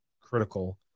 critical